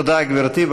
תודה, גברתי.